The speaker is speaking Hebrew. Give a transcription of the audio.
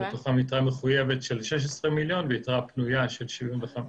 מתוכם יתרה מחויבת של 16 מיליון ויתרה פנויה של 74 מיליון.